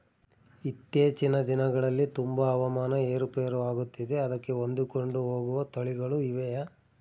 ಇತ್ತೇಚಿನ ದಿನಗಳಲ್ಲಿ ತುಂಬಾ ಹವಾಮಾನ ಏರು ಪೇರು ಆಗುತ್ತಿದೆ ಅದಕ್ಕೆ ಹೊಂದಿಕೊಂಡು ಹೋಗುವ ತಳಿಗಳು ಇವೆಯಾ?